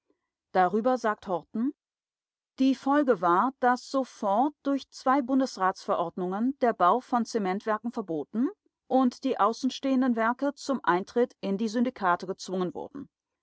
darüber sagt horten die folge war daß sofort durch zwei bundesratsverordnungen der bau von zementwerken verboten und die außenstehenden werke zum eintritt in die syndikate gezwungen wurden